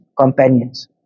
companions